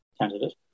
candidate